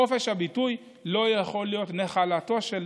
חופש הביטוי לא יכול להיות נחלתו של